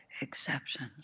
exceptions